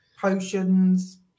potions